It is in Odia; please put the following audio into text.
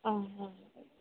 ହଁ ହଁ